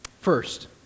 First